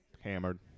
Hammered